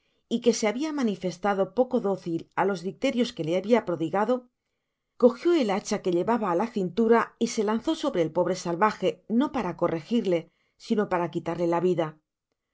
y que se habia manifestado poco dócil á los dicterios que le habia prodigado cogió el hacha que llevaba á la cintura y se lanzó sobre el pobre salvaje no para corregirle sino para qaitarle la vida uno